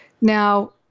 Now